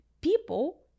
People